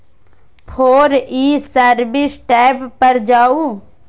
फेर e service tab पर जाउ